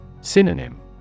Synonym